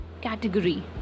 category